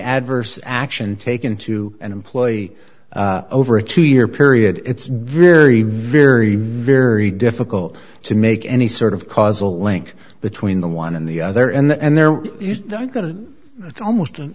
adverse action taken to an employee over a two year period it's very very very difficult to make any sort of causal link between the one and the other and they're going to it's almost